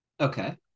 Okay